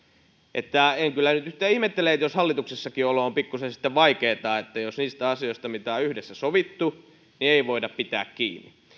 en kyllä nyt nyt yhtään ihmettele että hallituksessakin olo on sitten pikkuisen vaikeata jos niistä asioista mitä on yhdessä sovittu ei voida pitää kiinni